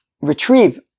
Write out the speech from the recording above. retrieve